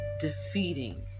defeating